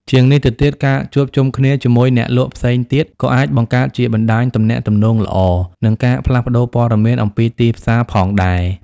ជាងនេះទៅទៀត ការជួបជុំគ្នាជាមួយអ្នកលក់ផ្សេងទៀតក៏អាចបង្កើតជាបណ្តាញទំនាក់ទំនងល្អ និងការផ្លាស់ប្តូរព័ត៌មានអំពីទីផ្សារផងដែរ។